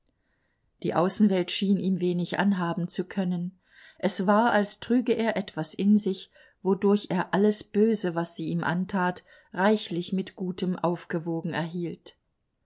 die außenwelt schien ihm wenig anhaben zu können es war als trüge er etwas in sich wodurch er alles böse was sie ihm antat reichlich mit gutem aufgewogen erhielt